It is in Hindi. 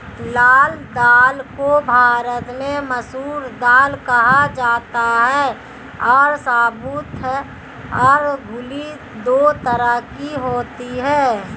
लाल दाल को भारत में मसूर दाल कहा जाता है और साबूत और धुली दो तरह की होती है